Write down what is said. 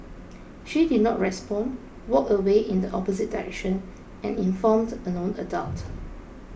she did not respond walked away in the opposite direction and informed a known adult